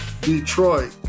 Detroit